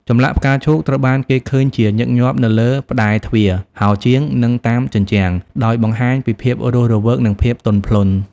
ចម្លាក់ផ្កាឈូកត្រូវបានគេឃើញជាញឹកញាប់នៅលើ ផ្តែរទ្វារ ហោជាង និងតាមជញ្ជាំង ដោយបង្ហាញពីភាពរស់រវើក និងភាពទន់ភ្លន់។